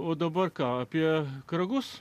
o dabar ką apie kragus